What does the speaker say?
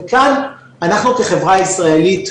כאן, אנחנו כחברה הישראלית,